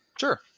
Sure